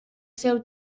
seu